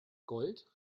gold